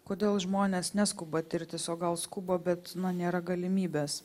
kodėl žmonės neskuba tirtis o gal skuba bet nėra galimybės